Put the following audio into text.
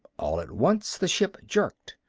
all at once the ship jerked.